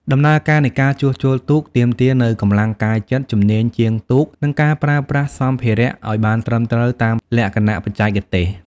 ដំណើរការនៃការជួសជុលទូកទាមទារនូវកម្លាំងកាយចិត្ត ជំនាញជាងទូក និងការប្រើប្រាស់សម្ភារៈឲ្យបានត្រឹមត្រូវតាមលក្ខណៈបច្ចេកទេស។